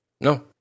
no